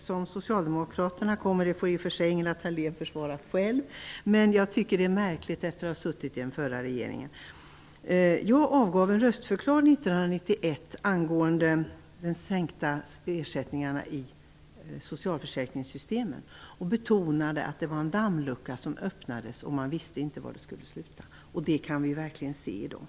Det får socialdemokraterna, Ingela Thalén, försvara själva. Men jag tycker att det är märkligt eftersom ni satt i den förra regeringen. Jag avgav en röstförklaring 1991 angående de sänkta ersättningarna i socialförsäkringssystemen och betonade att det var en dammlucka som öppnades. Man visste inte var det skulle sluta. Det kan vi verkligen se i dag.